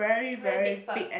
very big part